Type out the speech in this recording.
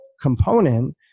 component